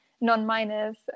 non-minors